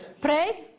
pray